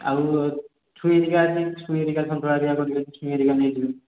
ଆଉ ଛୁଇଁ ହରିକ ଅଛି ଛୁଇଁ ହରିକ ସନ୍ତୁଳା ହେରିକା କରିବେ ଛୁଇଁ ହେରିକା ନେଇଯିବେ